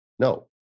No